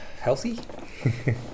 Healthy